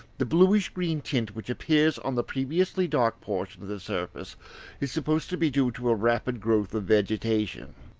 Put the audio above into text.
the bluish-green tinge which appears on the previously dark portion of the surface is supposed to be due to a rapid growth of vegetation.